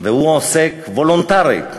והוא עוסק, וולונטרית,